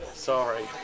Sorry